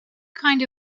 kind